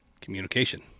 Communication